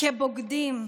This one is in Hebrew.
כבוגדים,